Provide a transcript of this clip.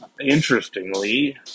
interestingly